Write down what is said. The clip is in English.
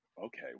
Okay